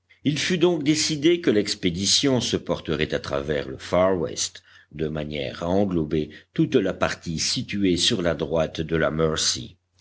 il fut donc décidé que l'expédition se porterait à travers le farwest de manière à englober toute la partie située sur la droite de la mercy